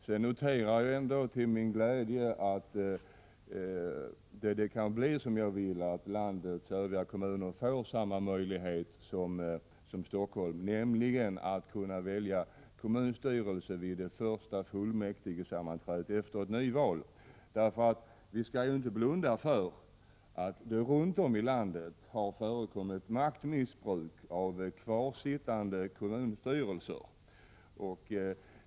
Sedan noterar jag ändå till min glädje att det kan bli som jag vill, att landets övriga kommuner får samma möjlighet som Helsingforss kommun —- att kunna välja kommunstyrelse vid det första fullmäktigesammanträdet efter ett nyval. Vi skall inte blunda för att det runt om i landet har förekommit maktmissbruk av kvarsittande kommunstyrelser.